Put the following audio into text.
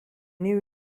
new